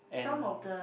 and